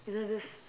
you know this